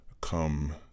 come